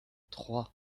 trois